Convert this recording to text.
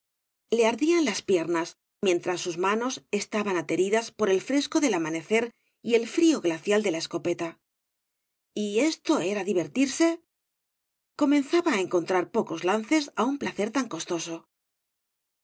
le ardían las piernas mientras sus manos estaban ateridas por el fresco del amanecer y el frío glacial de la escopeta y esto era divertirse comenzaba á encontrar pocos lancee á un placer tan costoso